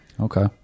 Okay